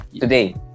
Today